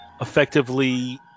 effectively